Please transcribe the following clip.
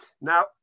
Now